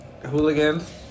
hooligans